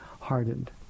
hardened